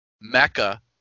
Mecca